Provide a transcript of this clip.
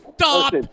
Stop